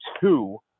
two